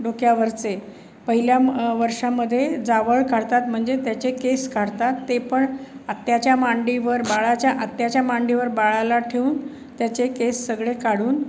डोक्यावरचे पहिल्या म वर्षामध्ये जावळ काढतात म्हणजे त्याचे केस काढतात ते पण आत्याच्या मांडीवर बाळाच्या आत्याच्या मांडीवर बाळाला ठेवून त्याचे केस सगळे काढून